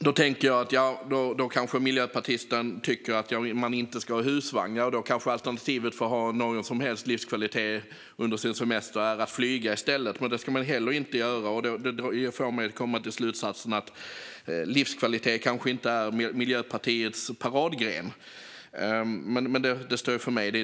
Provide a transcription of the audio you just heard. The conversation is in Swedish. Miljöpartisten kanske tycker att man inte ska ha husvagn. Då är nog alternativet för att uppnå någon som helst livskvalitet under semestern att flyga, och det ska man heller inte göra. Det får mig att dra slutsatsen att livskvalitet nog inte är Miljöpartiets paradgren. Men det får stå för mig.